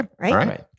right